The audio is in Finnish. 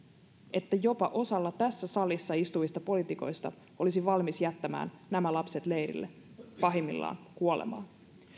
että jopa osa tässä salissa istuvista poliitikoista olisi valmis jättämään nämä lapset leirille pahimmillaan kuolemaan